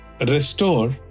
restore